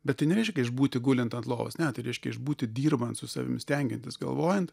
bet tai nereiškia išbūti gulint ant lovos ne tai reiškia išbūti dirbant su savimi stengiantis galvojant